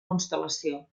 constel·lació